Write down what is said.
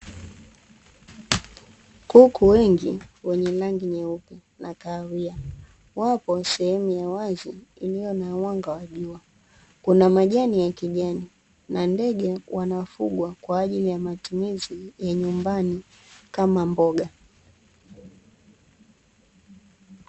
Kuku wengi wenye rangi nyeupe na kahawia, wapo sehemu ya wazi iliyo na mwanga wa jua, kuna majani ya kijani na ndege wanaofugwa kwa ajili ya matumizi ya nyumbani kama mboga.